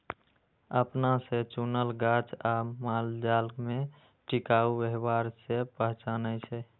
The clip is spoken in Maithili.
अपना से चुनल गाछ आ मालजाल में टिकाऊ व्यवहार से पहचानै छै